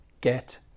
get